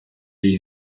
degli